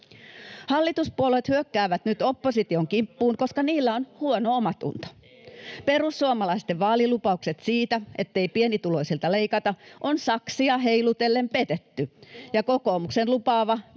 Hallituspuolueet hyökkäävät nyt opposition kimppuun, koska niillä on huono omatunto: [Timo Heinonen: Ei!] perussuomalaisten vaalilupaukset siitä, ettei pienituloisilta leikata, on saksia heilutellen petetty, ja kokoomuksen lupaama